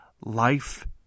life